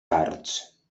parts